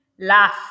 laugh